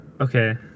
Okay